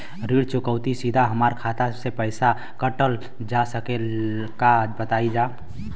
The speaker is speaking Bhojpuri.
ऋण चुकौती सीधा हमार खाता से पैसा कटल जा सकेला का बताई जा?